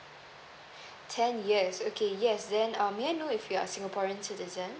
ten years okay yes then um may I know if you're a singaporean citizen